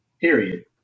period